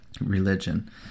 religion